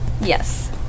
Yes